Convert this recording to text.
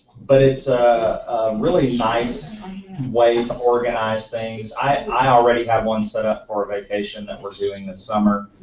but it's a really nice way to organize things. i already have one set up for a vacation that we're doing this summer.